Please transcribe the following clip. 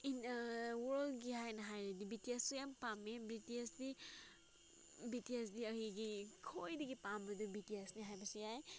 ꯑꯩꯅ ꯋꯥꯔꯜꯒꯤ ꯍꯥꯏꯅ ꯍꯥꯏꯔꯗꯤ ꯕꯤ ꯇꯤ ꯑꯦꯁꯁꯨ ꯌꯥꯝ ꯄꯥꯝꯃꯦ ꯕꯤ ꯇꯤ ꯑꯦꯁꯇꯤ ꯕꯤ ꯇꯤ ꯑꯦꯁꯇꯤ ꯑꯩꯒꯤ ꯈ꯭ꯋꯥꯏꯗꯒꯤ ꯄꯥꯝꯕꯗꯨ ꯕꯤ ꯇꯤ ꯑꯦꯁꯅꯤ ꯍꯥꯏꯕꯁꯨ ꯌꯥꯏ